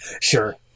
Sure